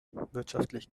wirtschaftlich